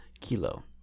Kilo